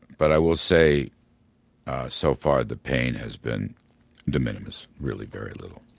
but i will say so far the pain has been de minimis, really very little